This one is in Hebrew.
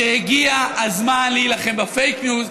שהגיע הזמן להילחם בפייק-ניוז,